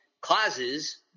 causes